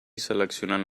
seleccionant